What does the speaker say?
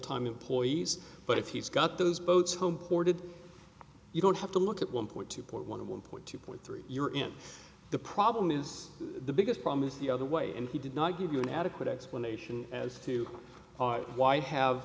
time employees but if he's got those boats home ported you don't have to look at one point two point one one point two point three you're in the problem is the biggest problem is the other way and he did not give you an adequate explanation as to why have